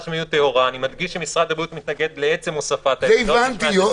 אני מדגיש שמשרד הבריאות מתנגד לעצם הוספת --- את זה הבנתי.